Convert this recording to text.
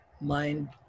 mind